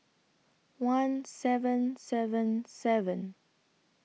one seven seven seven